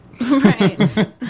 Right